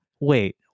wait